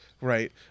right